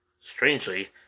Strangely